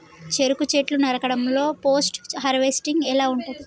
చెరుకు చెట్లు నరకడం లో పోస్ట్ హార్వెస్టింగ్ ఎలా ఉంటది?